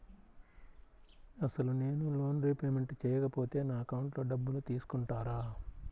అసలు నేనూ loan repayment చేయకపోతే నా అకౌంట్లో డబ్బులు తీసుకుంటారా?